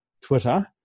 Twitter